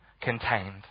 contained